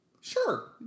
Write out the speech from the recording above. Sure